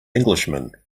englishman